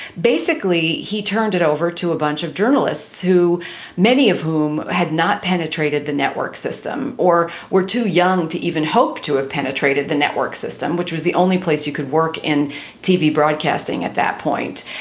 basically, he turned it over to a bunch of journalists who many of whom had not penetrated the network system or were too young to even hope to have penetrated the network system, which was the only place you could work in tv broadcasting at that point.